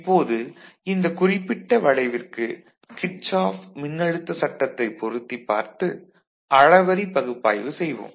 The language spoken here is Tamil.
இப்போது இந்த குறிப்பிட்ட வளைவிற்கு கிர்ச்சாஃப் மின்னழுத்த சட்டத்தைப் பொருத்தி பார்த்து அளவறி பகுப்பாய்வு செய்வோம்